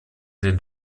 den